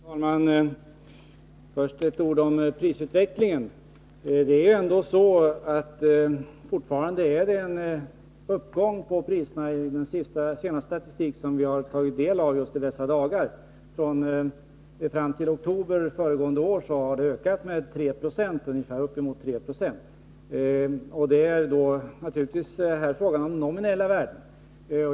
Herr talman! Först några ord om prisutvecklingen. Enligt den senaste statistiken på det här området, som vi fått ta del av just i dessa dagar, sker fortfarande en uppgång av priserna. Fram till oktober föregående år har priserna ökat med uppemot 3 26. Det är här naturligtvis fråga om nominella värden.